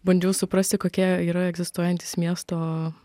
bandžiau suprasti kokie yra egzistuojantys miesto